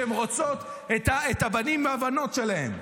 שהן רוצות את הבנים והבנות שלהן.